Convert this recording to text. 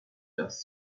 just